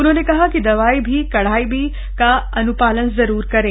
उन्होंने कहा कि दवाई भी कड़ाई भी का अनुपालन जरूर करें